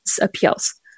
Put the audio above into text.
appeals